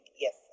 yes